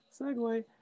segway